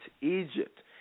Egypt